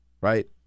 right